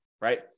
right